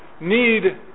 need